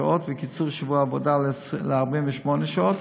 שעות וקיצור שבוע העבודה ל-48 שעות.